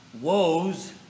Woes